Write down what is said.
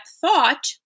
thought